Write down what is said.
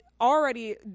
already